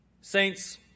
Saints